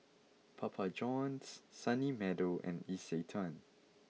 Papa Johns Sunny Meadow and Isetan